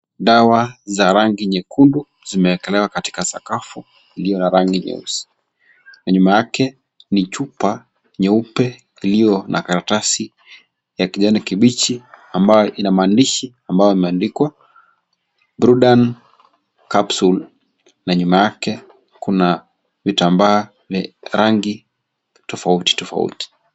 Dawa za rangi nyekundu ,zimeekelewa katita sakafu iliyo na rangi nyeusi ,nyuma yake ni chupa nyeupe iliyo na karatasi ya kijani kibichi ambayo ina maandishi ambao imeandikwa brudan capsule na nyuma yake kuna vitambaa rangi tofauti tofauti.